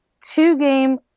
two-game